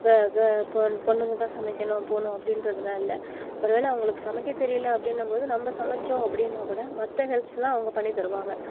பொண்ணுங்கள் தான் சமைக்கணும் போகணும் அப்படின்றதுலாம் இல்லை ஒரு வேலை அவங்களுக்கு சமைக்க தெரியல அப்டின்னும்போது நம்ம சமைச்சோம் அப்படினா கூட மற்ற ஹெல்ப்ஸ்லாம் அவங்க பண்ணித் தருவாங்க